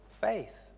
faith